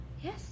Yes